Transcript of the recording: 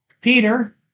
Peter